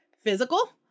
physical